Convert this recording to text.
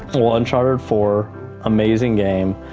one charter four amazing game.